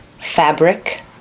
Fabric